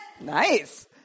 Nice